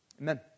Amen